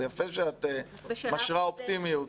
זה יפה שאת משרה אופטימיות.